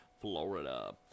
Florida